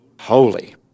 holy